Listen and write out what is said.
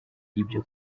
ibyo